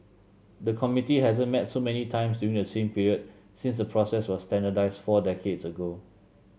the committee hasn't met so many times during the same period since the process was standardised four decades ago